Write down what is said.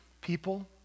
people